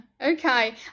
Okay